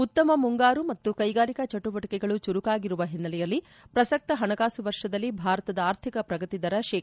ಉತ್ತಮ ಮುಂಗಾರು ಮತ್ತು ಕೈಗಾರಿಕಾ ಚಟುವಟಿಕೆಗಳು ಚುರುಕಾಗಿರುವ ಹಿನ್ನೆಲೆಯಲ್ಲಿ ಪ್ರಸಕ್ತ ಹಣಕಾಸು ವರ್ಷದಲ್ಲಿ ಭಾರತದ ಆರ್ಥಿಕ ಪ್ರಗತಿ ದರ ಶೇ